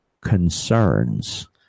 concerns